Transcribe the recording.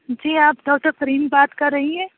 جی آپ ڈاکٹر فرحین بات کر رہی ہیں